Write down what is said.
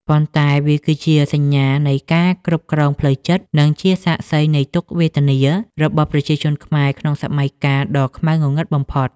ប៉ុន្តែវាគឺជាសញ្ញានៃការគ្រប់គ្រងផ្លូវចិត្ត និងជាសាក្សីនៃទុក្ខវេទនារបស់ប្រជាជនខ្មែរក្នុងសម័យកាលដ៏ខ្មៅងងឹតបំផុត។